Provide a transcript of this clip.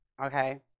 Okay